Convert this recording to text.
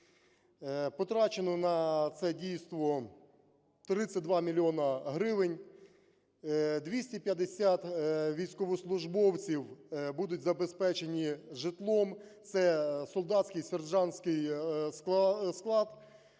Потрачено на це дійство 32 мільйона гривень. 250 військовослужбовців будуть забезпечені житлом, це солдатський, сержантський склад.